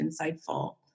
insightful